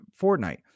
Fortnite